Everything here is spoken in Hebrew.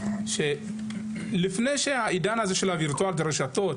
לפני העידן של הרשתות הווירטואליות,